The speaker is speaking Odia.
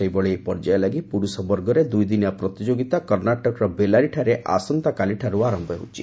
ସେହିଭଳି ଏହି ପର୍ଯ୍ୟାୟ ଲାଗି ପୁରୁଷ ବର୍ଗରେ ଦୁଇଦିନିଆ ପ୍ରତିଯୋଗୀତା କର୍ଣ୍ଣାଟକର ବେଲାରିଠାରେ ଆସନ୍ତାକାଲିଠାରୁ ଆରମ୍ଭ ହେଉଛି